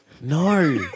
No